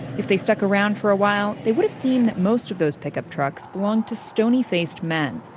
if they stuck around for a while, they would have seen that most of those pickup trucks belonged to stoney-faced men,